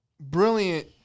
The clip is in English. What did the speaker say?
brilliant